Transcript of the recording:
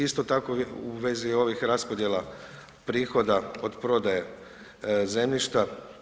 Isto tako, u vezi ovih raspodjela prihoda od prodaje zemljišta.